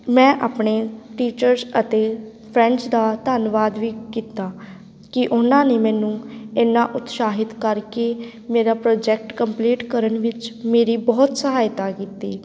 ਮੈਂ ਆਪਣੇ ਟੀਚਰਸ ਅਤੇ ਫਰੈਂਡਸ ਦਾ ਧੰਨਵਾਦ ਵੀ ਕੀਤਾ ਕਿ ਉਹਨਾਂ ਨੇ ਮੈਨੂੰ ਇੰਨਾ ਉਤਸ਼ਾਹਿਤ ਕਰਕੇ ਮੇਰਾ ਪ੍ਰੋਜੈਕਟ ਕੰਪਲੀਟ ਕਰਨ ਵਿੱਚ ਮੇਰੀ ਬਹੁਤ ਸਹਾਇਤਾ ਕੀਤੀ